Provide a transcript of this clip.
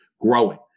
growing